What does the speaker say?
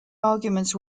arguments